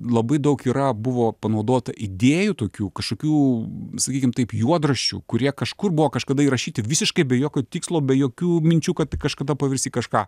labai daug yra buvo panaudota idėjų tokių kažkokių sakykim taip juodraščių kurie kažkur buvo kažkada įrašyti visiškai be jokio tikslo be jokių minčių kad kažkada pavirs į kažką